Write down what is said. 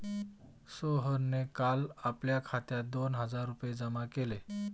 सोहनने काल आपल्या खात्यात दोन हजार रुपये जमा केले